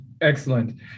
excellent